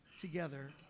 together